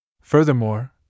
Furthermore